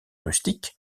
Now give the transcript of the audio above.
rustiques